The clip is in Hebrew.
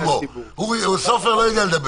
תודה, שלמה, חבר הכנסת סופר יודע לדבר.